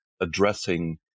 addressing